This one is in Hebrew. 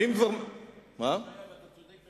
זה מה שהיה ואתה צודק בהחלט.